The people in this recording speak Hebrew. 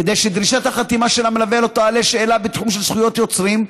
כדי שדרישת החתימה של המלווה לא תעלה שאלה בתחום של זכויות יוצרים,